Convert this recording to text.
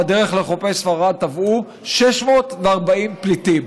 בדרך לחופי ספרד טבעו 640 פליטים.